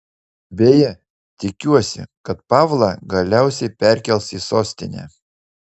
beje tikiuosi kad pavlą galiausiai perkels į sostinę